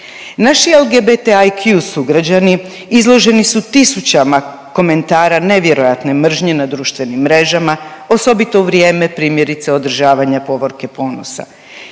Naši LGBT(IQ) sugrađani izloženi su tisućama komentara nevjerojatne mržnje na društvenim mrežama, osobito u vrijeme primjerice održavanja Povorke ponosa.